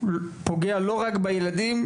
פוגע לא רק בילדים,